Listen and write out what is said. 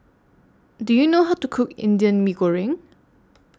Do YOU know How to Cook Indian Mee Goreng